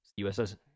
USS